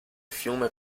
fiume